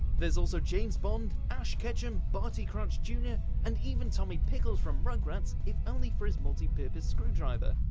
there's also james bond, ash ketchum, barty crouch jr, and even tommy pickles from rugrats if only for his multi-purpose screwdriver.